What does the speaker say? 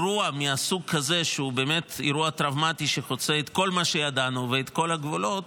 שמגדירה את גבולות